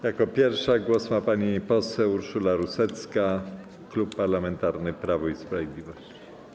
Jako pierwsza głos ma pani poseł Urszula Rusecka, Klub Parlamentarny Prawo i Sprawiedliwość.